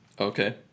Okay